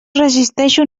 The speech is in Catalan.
resisteixo